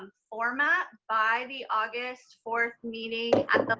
um format by the august fourth meeting at the,